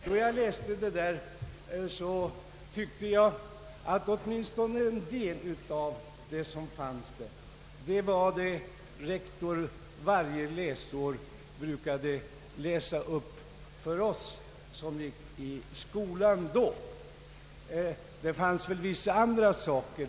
När jag läste denna ryska skolstadga tyckte jag att åtminstone en del av det som fanns där var vad rektor vid varje läsårs början brukade läsa upp för oss när vi själva gick i skolan. Det fanns väl då också vissa andra bestämmelser.